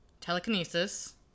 telekinesis